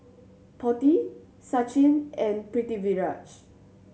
Potti Sachin and Pritiviraj